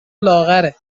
لاغره